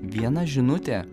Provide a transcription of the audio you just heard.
viena žinutė